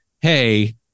hey